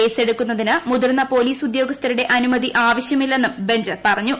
കേസെടുക്കുന്നതിന് മുതിർന്ന പോലീസ് ഉദ്യോഗസ്ഥരുടെ അനുമതി ആവശ്യമില്ലെന്നും ബെഞ്ച് പറഞ്ഞു